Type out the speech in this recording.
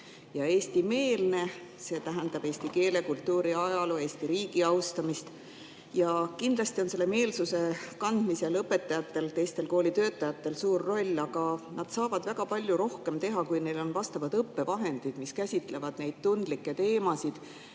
eestimeelne, see tähendab eesti keele, kultuuri ja ajaloo, Eesti riigi austamist. Kindlasti on selle meelsuse kandmisel õpetajatel, teistel kooli töötajatel suur roll, aga nad saavad väga palju rohkem teha, kui neil on vastavad õppevahendid, mis käsitlevad neid tundlikke teemasid